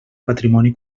patrimoni